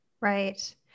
Right